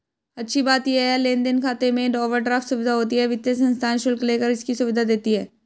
अच्छी बात ये है लेन देन खाते में ओवरड्राफ्ट सुविधा होती है वित्तीय संस्थाएं शुल्क लेकर इसकी सुविधा देती है